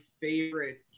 favorite